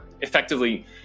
effectively